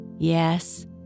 Yes